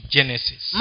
Genesis